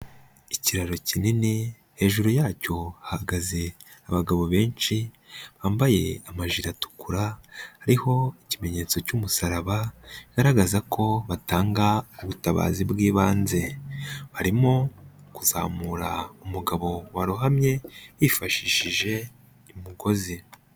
Ikiraro kinini hejuru yacyo hahagaze abagabo benshi bambaye amajire atukura hariho ikimenyetso cy'umusaraba kigaragaza ko batanga ubutabazi bw'ibanze, barimo kuzamura umugabo warohamye bifashishije umugozi.